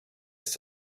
ist